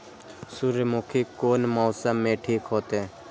सूर्यमुखी कोन मौसम में ठीक होते?